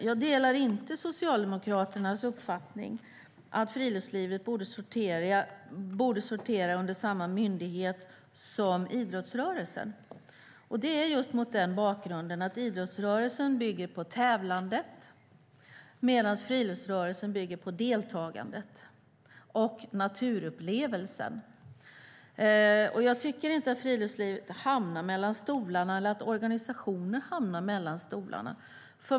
Jag delar inte Socialdemokraternas uppfattning, att friluftslivet borde sortera under samma myndighet som idrottsrörelsen - detta mot bakgrund av att idrottsrörelsen bygger på tävlande medan friluftsrörelsen bygger på deltagande och naturupplevelser. Jag tycker inte att friluftslivet eller organisationerna hamnar mellan stolarna.